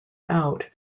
out